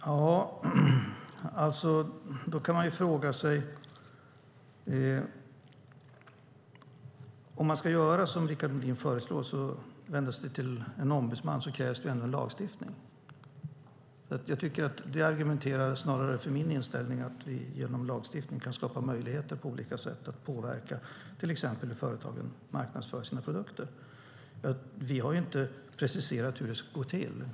Herr talman! Om man ska göra som Rickard Nordin föreslår och vända sig till en ombudsman krävs det ändå en lagstiftning. Jag tycker att detta snarare argumenterar för min inställning, det vill säga att vi genom lagstiftning kan skapa möjligheter att på olika sätt påverka till exempel hur företagen marknadsför sina produkter. Vi har inte preciserat hur det ska gå till.